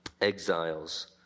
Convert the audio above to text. exiles